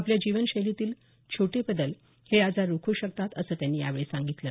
आपल्या जीवनशैलीतील छोट बदल हे आजार रोखू शकतात असं त्यांनी यावेळी सांगितलं